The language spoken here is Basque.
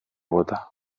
bota